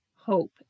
hope